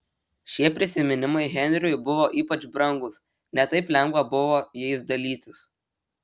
šie prisiminimai henriui buvo ypač brangūs ne taip lengva buvo jais dalytis